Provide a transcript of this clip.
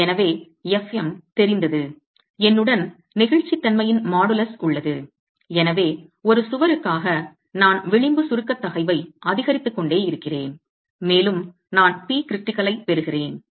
எனவே fm தெரிந்தது என்னுடன் நெகிழ்ச்சித்தன்மையின் மாடுலஸ் உள்ளது எனவே ஒரு சுவருக்காக நான் விளிம்பு சுருக்கத் தகைவை அதிகரித்துக் கொண்டே இருக்கிறேன் மேலும் நான் Pcritical ஐ பெறுகிறேன்